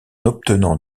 obtenant